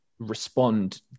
respond